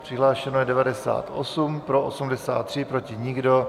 Přihlášeno je 98, pro 83, proti nikdo.